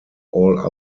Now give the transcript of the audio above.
all